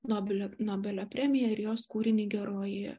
nobelio nobelio premija ir jos kūrinį geroji